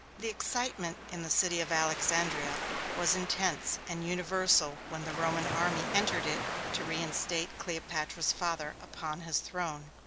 the excitement in the city of alexandria was intense and universal when the roman army entered it to reinstate cleopatra's father upon his throne.